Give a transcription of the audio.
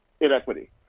inequity